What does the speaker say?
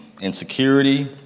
insecurity